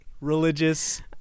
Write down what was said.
religious